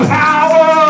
power